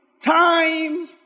time